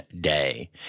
Day